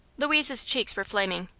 louise's cheeks were flaming.